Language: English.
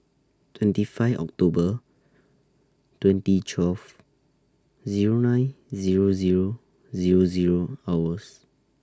twenty five October twenty twelve Zero nine Zero Zero Zero Zero hours